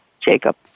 Jacob